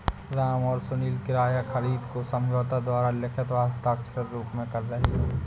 राम और सुनील किराया खरीद को समझौते द्वारा लिखित व हस्ताक्षरित रूप में कर रहे हैं